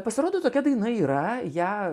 pasirodo tokia daina yra ją